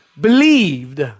Believed